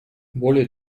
более